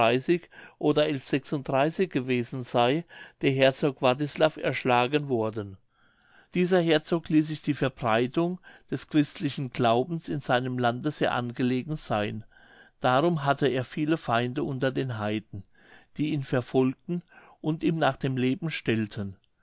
oder gewesen sei der herzog wartislav erschlagen worden dieser herzog ließ sich die verbreitung des christlichen glaubens in seinem lande sehr angelegen sein darum hatte er viele feinde unter den heiden die ihn verfolgten und ihm nach dem leben stellten